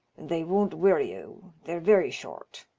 they won't wirry you, they're very short.